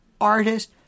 artist